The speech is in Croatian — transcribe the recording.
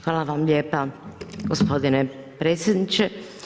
Hvala vam lijepa gospodine predsjedniče.